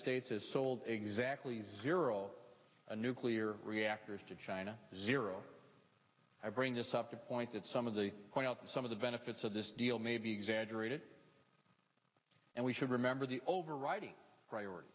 states has sold exactly zero a nuclear reactors to china zero i bring this up to a point that some of the point out some of the benefits of this deal may be exaggerated and we should remember the overriding priority